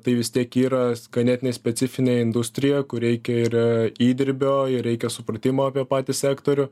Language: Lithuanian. tai vis tiek yra ganėtinai specifinė industrija kur reikia ir įdirbio ir reikia supratimo apie patį sektorių